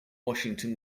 washington